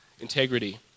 Integrity